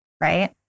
right